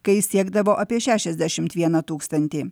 kai siekdavo apie šešiasdešimt vieną tūkstantį